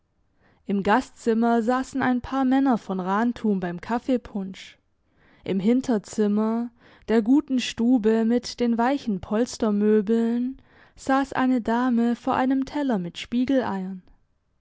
im gastzimmer sassen ein paar männer von rantum beim kaffeepunsch im hinterzimmer der guten stube mit den weichen polstermöbeln sass eine dame vor einem teller mit spiegeleiern